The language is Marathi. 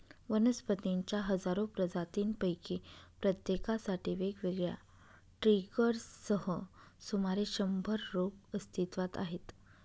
वनस्पतींच्या हजारो प्रजातींपैकी प्रत्येकासाठी वेगवेगळ्या ट्रिगर्ससह सुमारे शंभर रोग अस्तित्वात आहेत